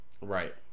Right